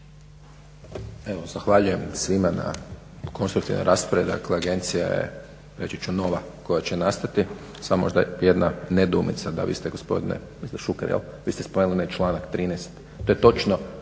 Zahvaljujem svima na konstruktivnoj raspravi. Agencija je reći ću nova koja će nastati, samo možda jedna nedoumica da biste gospodine Šuker jel vi ste spomenuli onaj članak vi ste